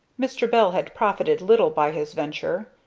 mr. bell had profited little by his venture.